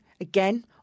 again